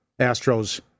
Astros